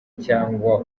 cyangwa